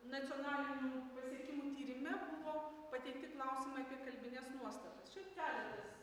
nacionalinų pasiekimų tyrime buvo pateikti klausimai apie kalbines nuostatas čia keletas